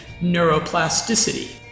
neuroplasticity